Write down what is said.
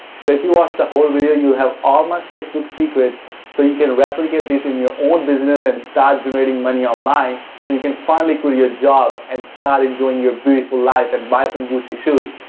so, if you watch the whole video, you will have all my facebook secrets so you can replicate this in your own business and start generating money ah online so you can finally quit your job and start enjoying your beautiful life and buy some gucci shoes.